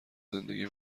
زندگی